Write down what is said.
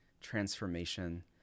transformation